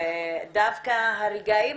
ודווקא הרגעים